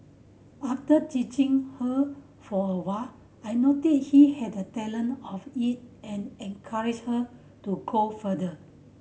after teaching her for a while I noticed she had a talent of it and encouraged her to go further